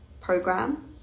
program